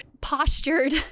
postured